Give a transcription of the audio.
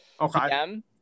okay